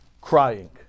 crying